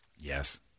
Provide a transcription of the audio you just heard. Yes